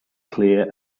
clear